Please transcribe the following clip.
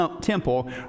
temple